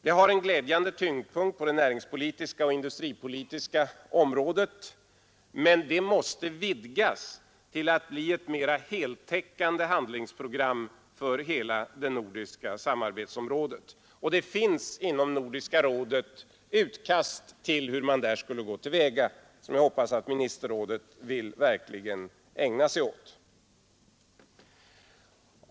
Det har en glädjande tyngdpunkt på det näringspolitiska och industripolitiska området, men det måste vidgas till att bli ett mera heltäckande handlingsprogram för hela det nordiska samarbetsområdet. Det finns inom Nordiska rådet utkast till hur man där skulle gå till väga, som jag hoppas att ministerrådet verkligen vill ägna sig åt.